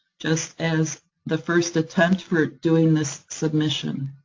just as the first attempt for doing this submission.